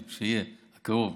הקרוב,